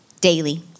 daily